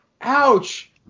Ouch